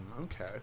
Okay